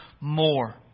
more